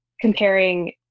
comparing